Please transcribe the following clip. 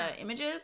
Images